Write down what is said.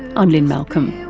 i'm lynne malcolm.